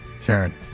sharon